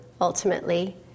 ultimately